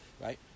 right